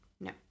No